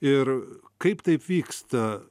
ir kaip taip vyksta